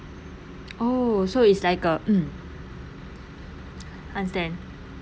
oh so it's like a mm understand